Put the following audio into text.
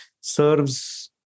serves